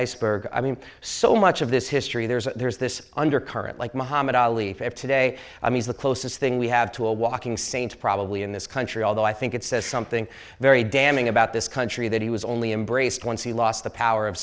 iceberg i mean so much of this history there's there's this undercurrent like muhammad ali we have today i mean the closest thing we have to a walking saint probably in this country although i think it says something very damning about this country that he was only embraced once he lost the power of